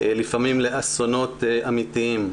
לפעמים לאסונות אמיתיים.